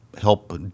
help